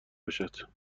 باشد